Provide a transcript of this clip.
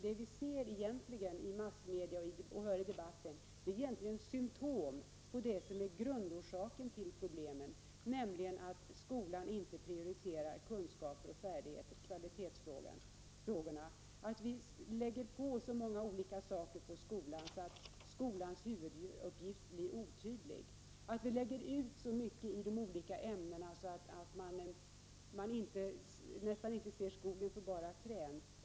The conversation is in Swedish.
Det vi ser i debatten i massmedia är egentligen symptom på det som är den grundläggande orsaken till problemen, nämligen att skolan inte prioriterar kunskaper och färdighet, dvs. kvalitetsfrågan. Vi lägger så många uppgifter på skolan att skolans huvuduppgift blir otydlig. Vi lägger ut så många ämnen att man nästan inte ser skogen för bara träd.